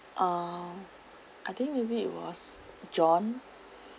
uh I think maybe it was john